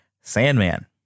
Sandman